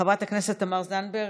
חברת הכנסת תמר זנדברג,